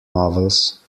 novels